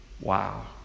Wow